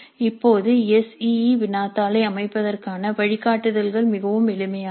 இப்போது S E E வினாத்தாளை அமைப்பதற்கான வழிகாட்டுதல்கள் மிகவும் எளிமையானவை